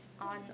on